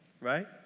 right